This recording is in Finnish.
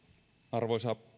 arvoisa